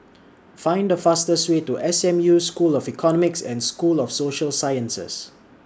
Find The fastest Way to S M U School of Economics and School of Social Sciences